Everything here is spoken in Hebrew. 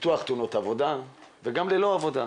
ביטוח תאונות עבודה וגם ללא עבודה.